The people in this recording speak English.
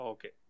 Okay